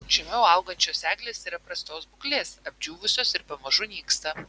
žemiau augančios eglės yra prastos būklės apdžiūvusios ir pamažu nyksta